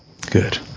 Good